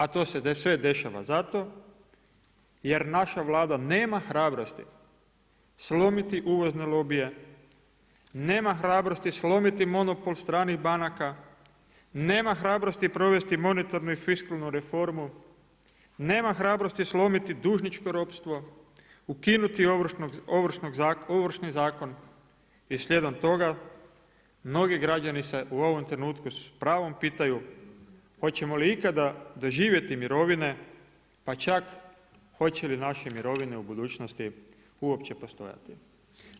A to se sve dešava zato jer naša Vlada nema hrabrosti slomiti uvozne lobije, nema hrabrosti slomiti monopol stranih banaka, nema hrabrosti provesti monetarnu i fiskalnu reformu, nema hrabrosti slomiti dužničko ropstvo, ukinuti Ovršni zakon i slijedom toga mnogi građani se u ovom trenutku s pravom pitaju hoćemo li ikada doživjeti mirovine, pa čak hoće li naše mirovine u budućnosti uopće postojati.